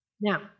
Now